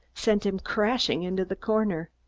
sent him crashing into the corner.